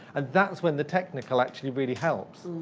and that's when the technical actually really helps.